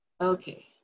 Okay